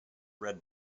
red